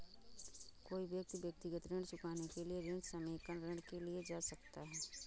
कोई व्यक्ति व्यक्तिगत ऋण चुकाने के लिए ऋण समेकन ऋण के लिए जा सकता है